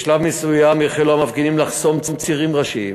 בשלב מסוים החלו המפגינים לחסום צירים ראשיים,